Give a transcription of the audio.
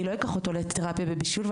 אני לא אקח אותו לתרפיה בבישול,